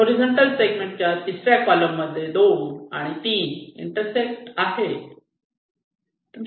horizontal segment च्या तिसऱ्या कॉलममध्ये 2 आणि 3 इंटरसेक्ट करत आहेत